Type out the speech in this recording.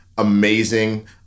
amazing